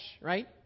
right